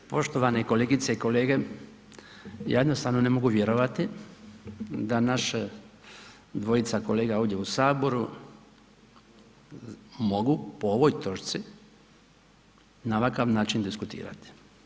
Poštovane kolegice i kolege ja jednostavno ne mogu vjerovati da naše dvojica kolega ovdje u saboru, mogu po ovoj točci na ovakav način diskutirati.